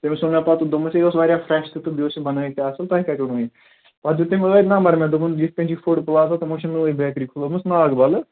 تٔمِس ووٚن مےٚ دوٚپمس یہِ اوس وارِیاہ فرٮ۪ش تہِ تہٕ بیٚیہِ اوس یہِ بنٲیِتھ تہِ اصٕل تۄہہِ کتہِ اوٚنوٕ یہِ پتہٕ دیُت تٔمۍ ٲدۍ نمبر مےٚ دوٚپُن یِتھ کٔنۍ چھُ فُڈ پٕلازا تِمو چھِ نٔوٕے بٮ۪کری کھُلٲمٕژ ناگبلہٕ